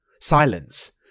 Silence